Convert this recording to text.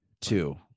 Two